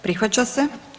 Prihvaća se.